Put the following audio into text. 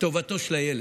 טובתו של הילד.